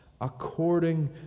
according